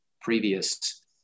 previous